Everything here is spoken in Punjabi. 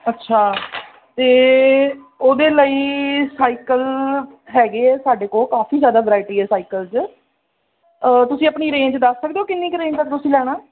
ਅੱਛਾ ਅਤੇ ਉਹਦੇ ਲਈ ਸਾਈਕਲ ਹੈਗੇ ਆ ਸਾਡੇ ਕੋਲ ਕਾਫੀ ਜ਼ਿਆਦਾ ਵਰਾਇਟੀ ਹੈ ਸਾਈਕਲ 'ਚ ਤੁਸੀਂ ਆਪਣੀ ਰੇਂਜ ਦੱਸ ਸਕਦੇ ਹੋ ਕਿੰਨੀ ਕੁ ਰੇਂਜ ਤੱਕ ਤੁਸੀਂ ਲੈਣਾ